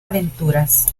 aventuras